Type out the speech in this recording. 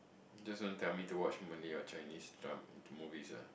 just want family to watch Malay or Chinese dram~ movies ah